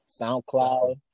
SoundCloud